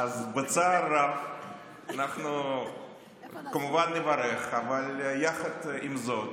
אז בצער רב אנחנו כמובן נברך, אבל עם זאת